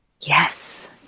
yes